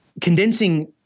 Condensing